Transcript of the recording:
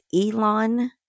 Elon